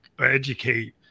educate